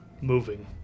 moving